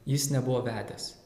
jis nebuvo vedęs